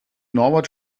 norbert